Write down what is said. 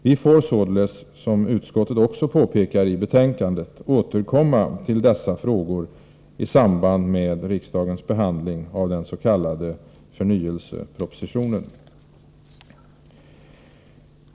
Vi får således, som utskottet också påpekar i betänkandet, återkomma till dessa frågor i samband med riksdagens behandling av den s.k. förnyelsepropositionen.